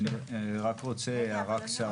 רק רוצה להגיד הערה קצרה.